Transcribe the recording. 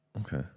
Okay